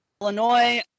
Illinois